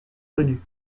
connu